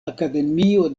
akademio